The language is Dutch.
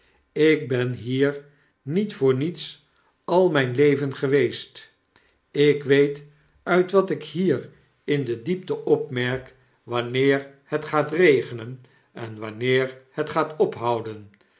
ik ben hier niet voor niets al myn leven geweest ik weet uit wat ik hier in de diepte opmerk wanneer het gaat regenen en wanneer het gaat ophouden